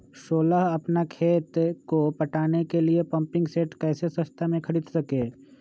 सोलह अपना खेत को पटाने के लिए पम्पिंग सेट कैसे सस्ता मे खरीद सके?